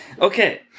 Okay